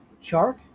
shark